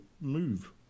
move